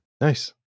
Nice